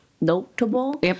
notable